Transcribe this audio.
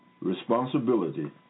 responsibility